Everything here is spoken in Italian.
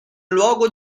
luogo